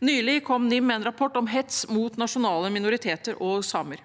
NIM, med en rapport om hets mot nasjonale minoriteter og samer.